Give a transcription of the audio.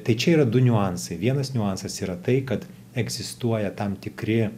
tai čia yra du niuansai vienas niuansas yra tai kad egzistuoja tam tikri